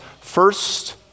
first